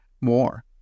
more